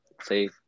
say